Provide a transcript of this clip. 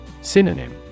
Synonym